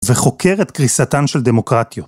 וחוקר את קריסתן של דמוקרטיות.